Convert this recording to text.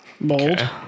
Bold